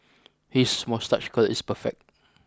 his moustache curl is perfect